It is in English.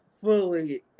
fully